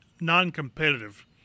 non-competitive